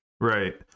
Right